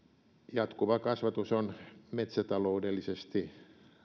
jatkuva kasvatus on metsätaloudellisesti